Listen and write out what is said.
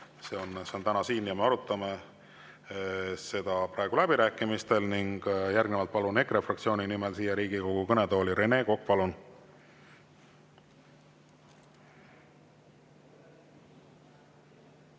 täna on see siin ja me arutame seda praegu läbirääkimistel. Järgnevalt palun EKRE fraktsiooni nimel siia Riigikogu kõnetooli Rene Koka.